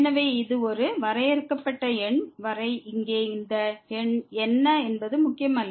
எனவே இது ஒரு வரையறுக்கப்பட்ட எண் வரை இங்கே இந்த எண் என்ன என்பது முக்கியமல்ல